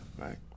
right